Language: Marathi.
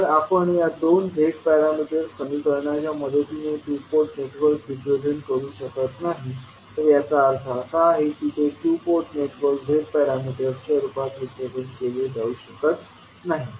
जर आपण या दोन Z पॅरामीटर समीकरणाच्या मदतीने टू पोर्ट नेटवर्क रिप्रेझेंट करू शकत नाही तर याचा अर्थ असा आहे की ते टू पोर्ट नेटवर्क Z पॅरामीटर्सच्या रूपात रिप्रेझेंट केले जाऊ शकत नाही